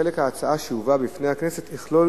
שחלק ההצעה שיובא בפני הכנסת יכלול